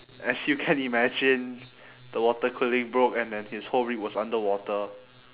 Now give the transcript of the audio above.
as you can imagine the water cooling broke and then his whole rig was under water